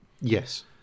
Yes